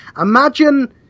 imagine